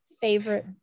favorite